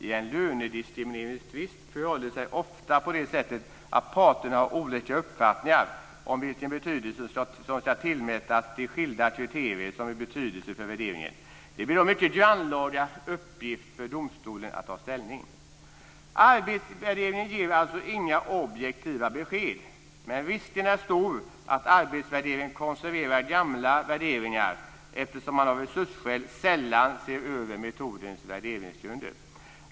I en lönediskrimineringstvist förhåller det sig ofta på det sättet att parterna har olika uppfattningar om vilken betydelse som skall tillmätas de skilda kriterier som är av betydelse för värderingen. Det blir då en mycket grannlaga uppgift för domstolen att ta ställning." Arbetsvärdering ger alltså inte objektiva besked, men risken är stor att arbetsvärdering konserverar gamla värderingar eftersom man av resursskäl sällan ser över metodens värderingsgrunder.